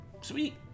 sweet